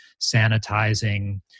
sanitizing